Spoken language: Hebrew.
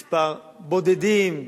בבודדים,